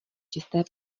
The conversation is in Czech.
čisté